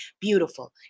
Beautiful